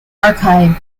archived